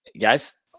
guys